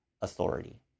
authority